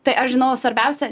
tai aš žinojau svarbiausia